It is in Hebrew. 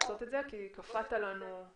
עד שהתוצאות יפורסמו בעיתונות עם ביקורת